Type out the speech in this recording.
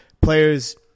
players